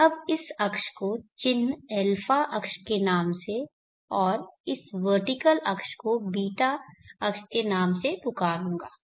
मैं अब इस अक्ष को चिह्न α अक्ष के नाम से और इस वर्टीकल अक्ष को β अक्ष के नाम से पुकारूंगा